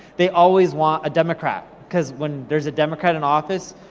they always want a democrat, cause when there's a democrat in office,